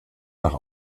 nach